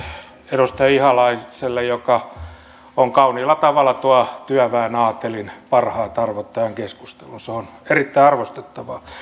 edustaja ihalaiselle joka kauniilla tavalla tuo työväen aatelin parhaat arvot tähän keskusteluun se on erittäin arvostettavaa